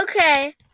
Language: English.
Okay